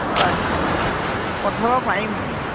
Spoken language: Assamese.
হয় পঠাব পাৰিম